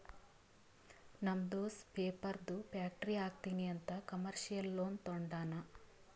ನಮ್ ದೋಸ್ತ ಪೇಪರ್ದು ಫ್ಯಾಕ್ಟರಿ ಹಾಕ್ತೀನಿ ಅಂತ್ ಕಮರ್ಶಿಯಲ್ ಲೋನ್ ತೊಂಡಾನ